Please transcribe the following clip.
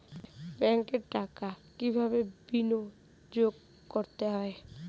ব্যাংকে টাকা কিভাবে বিনোয়োগ করতে হয়?